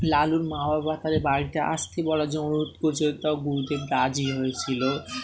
লালুর মা বাবা তাদের বাড়িতে আসতে বলার যে অনুরোধ করছিল তাও গুরুদেব রাজি হয়েছিলো